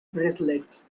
bracelets